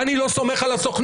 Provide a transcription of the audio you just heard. אני לא סומך על הסוכנות.